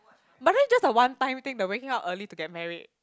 but then just a one time thing to waking up early to get married